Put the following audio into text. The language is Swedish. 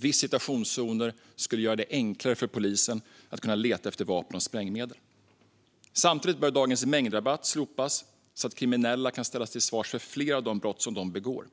Visitationszoner skulle göra det enklare för polisen att leta efter vapen och sprängmedel. Samtidigt bör dagens mängdrabatt slopas, så att kriminella kan ställas till svars för fler av de brott de begår.